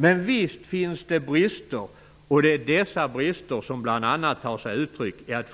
Men visst finns det brister, och det är dessa brister som bl.a. tar sig uttryck i att